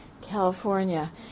California